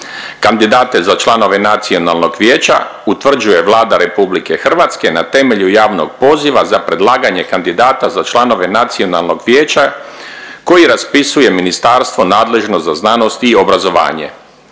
Kandidate za članove nacionalnog vijeća utvrđuje Vlada RH na temelju javnog poziva za predlaganje kandidata za članove nacionalnog vijeća koje raspisuje ministarstvo nadležno za znanost i obrazovanje.